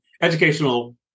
educational